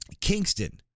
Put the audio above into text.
Kingston